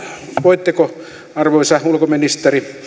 voitteko arvoisa ulkoministeri